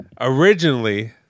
originally